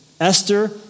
Esther